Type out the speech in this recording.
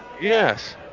Yes